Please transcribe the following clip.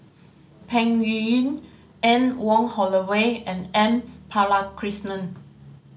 Peng Yuyun Anne Wong Holloway and M Balakrishnan